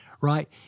right